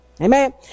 Amen